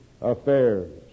affairs